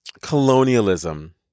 colonialism